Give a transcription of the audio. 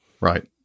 Right